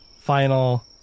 final